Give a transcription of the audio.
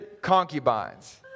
concubines